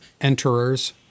enterers